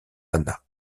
ana